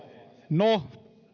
no